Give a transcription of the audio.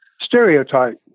stereotype